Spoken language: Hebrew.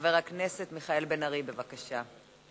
חבר הכנסת מיכאל בן-ארי, בבקשה.